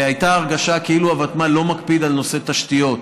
הייתה הרגשה כאילו הוותמ"ל לא מקפידה על נושא תשתיות,